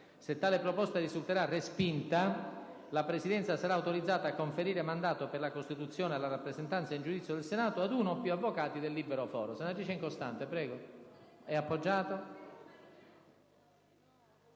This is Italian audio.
Se tale proposta risulterà respinta, la Presidenza sarà autorizzata a conferire mandato per la costituzione e la rappresentanza in giudizio del Senato ad uno o più avvocati del libero foro.